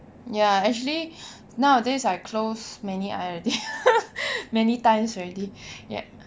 ya actually nowadays I close many eyes already many times already yup